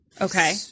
Okay